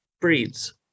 breeds